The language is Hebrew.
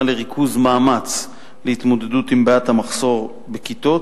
לריכוז מאמץ להתמודדות עם בעיית המחסור בכיתות.